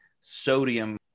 sodium